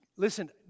Listen